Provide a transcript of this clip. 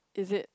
is it